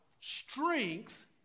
strength